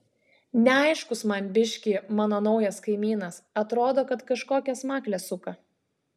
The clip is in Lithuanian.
neaiškus man biškį mano naujas kaimynas atrodo kad kažkokias makles suka